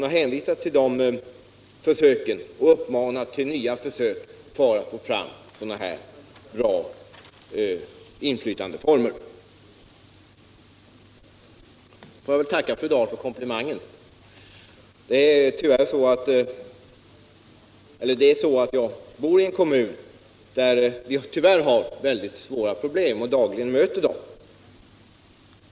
Fru Friggebo uppmanar till nya försök för att få fram sådana här bra former för inflytande. Jag vill tacka fru Dahl för komplimangen. Jag bor i en kommun där vi tyvärr har väldigt svåra problem, som vi dagligen möter.